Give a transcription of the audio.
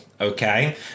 okay